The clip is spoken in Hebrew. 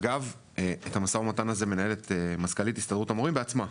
את המשא ומתן הזה מנהלת מזכ"לית הסתדרות המורים בעצמה,